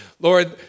Lord